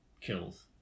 kills